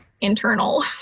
internal